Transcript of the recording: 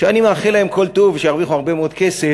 שאני מאחל להם כל טוב ושירוויחו הרבה מאוד כסף,